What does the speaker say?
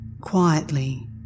quietly